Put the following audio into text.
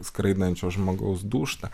skraidančio žmogaus dūžta